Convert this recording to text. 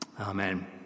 Amen